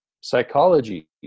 psychology